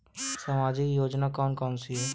सामाजिक योजना कौन कौन सी हैं?